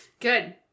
Good